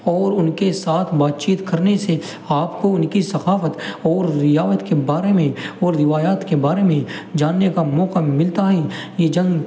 اور ان کے ساتھ بات چیت کرنے سے آپ کو ان کی ثقافت اور روایت کے بارے میں اور روایت کے بارے میں جاننے کا موقع ملتا ہے یہ جنگ